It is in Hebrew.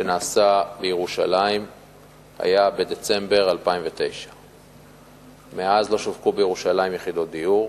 שנעשה בירושלים היה בדצמבר 2009. מאז לא שווקו בירושלים יחידות דיור.